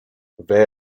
they